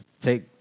Take